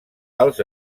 els